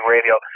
Radio